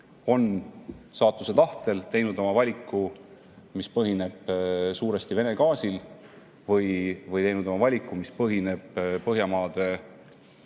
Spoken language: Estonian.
on saatuse tahtel teinud valiku, mis põhineb suuresti Vene gaasil, või on teinud valiku, mis põhineb Põhjamaade